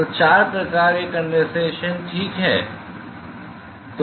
तो चार प्रकार के कंडेंसेशन ठीक हैं